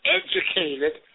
educated